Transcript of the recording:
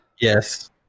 Yes